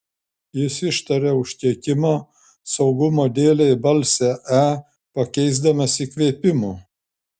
jis ištarė užkeikimą saugumo dėlei balsę e pakeisdamas įkvėpimu